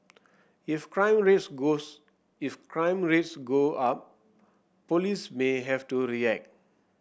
if crime rates goes if crime rates go up police may have to react